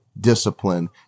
discipline